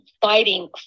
fighting